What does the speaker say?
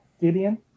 Gideon